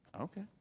okay